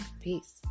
peace